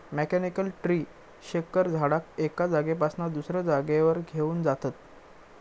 mechanical tree shaker झाडाक एका जागेपासना दुसऱ्या जागेवर घेऊन जातत